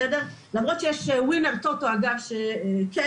למרות שיש ווינר או טוטו אינטרנטי.